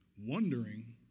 Wondering